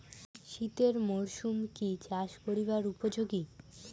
শীতের মরসুম কি চাষ করিবার উপযোগী?